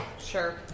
Sure